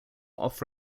off